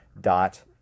dot